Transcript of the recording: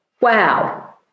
wow